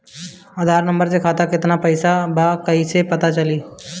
आधार number से खाता में केतना पईसा बा ई क्ईसे पता चलि?